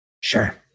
Sure